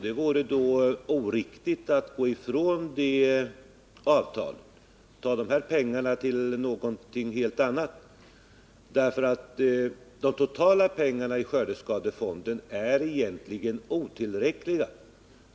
Det vore oriktigt att gå ifrån det avtalet och ta dessa pengar till någonting helt annat, därför att de totala pengarna i skördeskadefonden är egentligen otillräckliga.